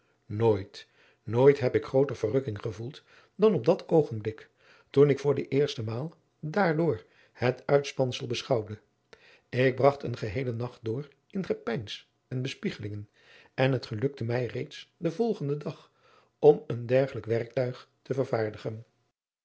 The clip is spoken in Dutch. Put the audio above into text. nooit nooit heb ik grooter verrukking gevoeld dan op dat oogenblik toen ik voor de eerste maal daaradriaan loosjes pzn het leven van maurits lijnslager door het uitspansel beschouwde ik bragt een geheelen nacht door in gepeins en bespiegelingen en het gelukte mij reeds den volgenden dag om een dergelijk werktuig te vervaardigen